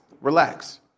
relax